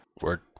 Word